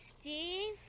Steve